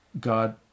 God